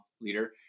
leader